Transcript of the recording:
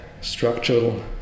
structural